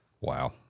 wow